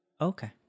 Okay